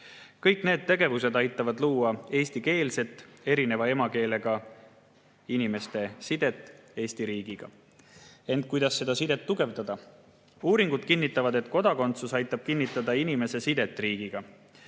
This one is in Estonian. Kõik need tegevused aitavad luua eesti keelest erineva emakeelega inimeste sidet Eesti riigiga. Ent kuidas seda sidet tugevdada? Uuringud kinnitavad, et kodakondsus aitab kinnitada inimese sidet riigiga.